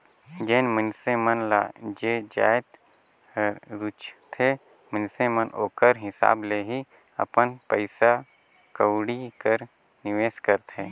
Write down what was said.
जेन मइनसे मन ल जे जाएत हर रूचथे मइनसे मन ओकर हिसाब ले ही अपन पइसा कउड़ी कर निवेस करथे